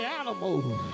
animals